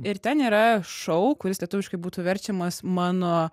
ir ten yra šou kuris lietuviškai būtų verčiamas mano